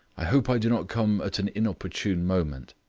i hope i do not come at an inopportune moment.